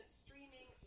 streaming